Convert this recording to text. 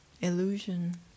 illusion